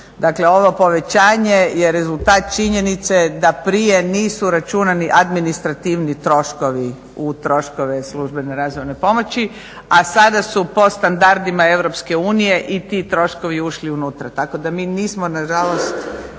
dakle ovo povećanje je rezultat činjenice da prije nisu računani administrativni troškovi u troškove službene razvojne pomoći a sada su po standardima EU i ti troškovi ušli unutra, tako da mi nismo nažalost